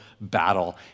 battle